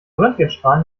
röntgenstrahlen